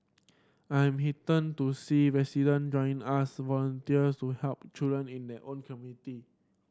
I am to see resident joining us volunteers to help children in their own community